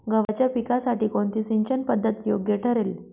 गव्हाच्या पिकासाठी कोणती सिंचन पद्धत योग्य ठरेल?